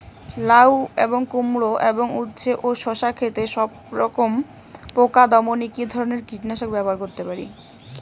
লাউ এবং কুমড়ো এবং উচ্ছে ও শসা ক্ষেতে সবরকম পোকা দমনে কী ধরনের কীটনাশক ব্যবহার করতে পারি?